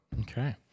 Okay